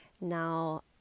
now